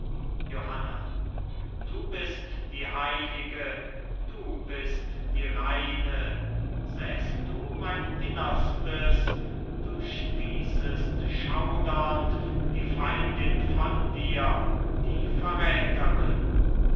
johanna du bist die heilige du bist die reine sähst du mein innerstes du stießest schaudernd die feindin von dir die verräterin